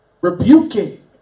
rebuking